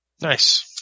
Nice